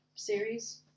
Series